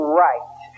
right